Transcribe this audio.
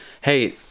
hey